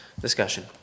discussion